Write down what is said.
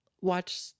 watch